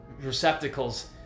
receptacles